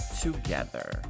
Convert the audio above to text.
together